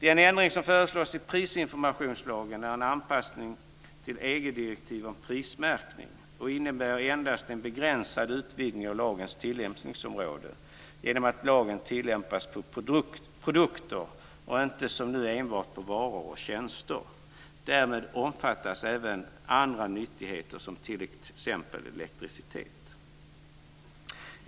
Den ändring som förelås i prisinformationslagen är en anpassning till EG-direktiv om prismärkning och innebär endast en begränsad utvidgning av lagens tillämpningsområde genom att lagen tillämpas på produkter och inte som nu enbart på varor och tjänster. Därmed omfattas även andra nyttigheter, som t.ex. elektricitet.